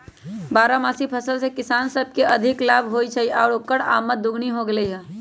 बारहमासी फसल से किसान सब के अधिक लाभ होई छई आउर ओकर आमद दोगुनी हो गेलई ह